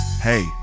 Hey